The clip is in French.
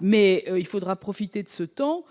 mais il faudra profiter de ce laps